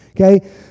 okay